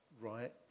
right